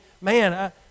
man